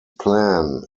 plan